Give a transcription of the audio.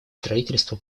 строительство